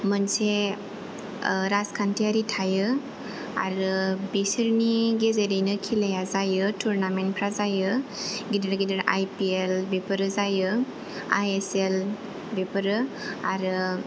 मोनसे राजखान्थियारि थायो आरो बिसोरनि गेजेरैनो खेलाया जायो तुरनामेन्टफ्रा जायो गिदिर गिदिर आइ पि एल बेफोरो जायो आइ एस एल बेफोरो आरो